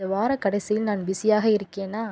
இந்த வார கடைசியில் நான் பிஸியாக இருக்கேனா